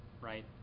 right